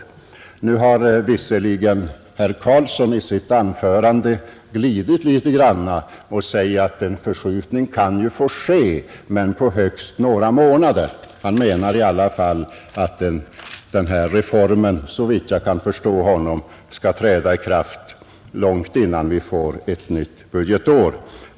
Herr Carlsson har visserligen i sitt anförande glidit litet grand och säger att en förskjutning kan ju få ske fastän med högst några månader. Men såvitt jag förstod menade herr Carlsson i Vikmanshyttan i alla fall att denna reform skulle träda i kraft långt innan vi fär ett nytt budgetår.